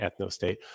Ethnostate